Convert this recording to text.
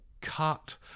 cut